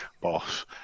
boss